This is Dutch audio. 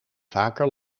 vaker